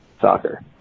soccer